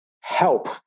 help